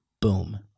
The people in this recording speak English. Boom